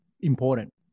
important